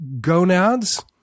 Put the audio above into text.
gonads